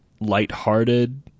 lighthearted